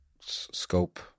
scope